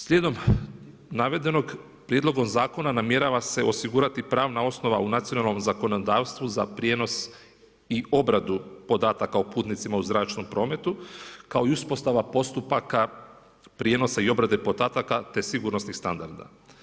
Slijedom navedenog, prijedlogom zakona namjerava se osigurati pravna osnova u nacionalnom zakonodavstvu, za prijenos i obradu podataka o putnicima u zračnom prometu, kao i uspostavu postupaka prijenosa i obrade podataka te sigurnosnih standarda.